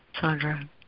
Sandra